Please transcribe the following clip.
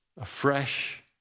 afresh